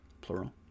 plural